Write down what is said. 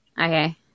Okay